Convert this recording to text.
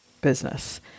business